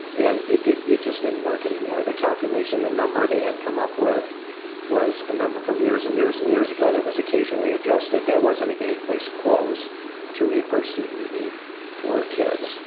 and it did, it just didn't work anymore. the calculation the number they had come up with was a number from years and years and years ago that was occasionally adjusted that wasn't a place close to a per student need for kids.